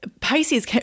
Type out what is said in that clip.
Pisces